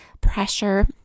pressure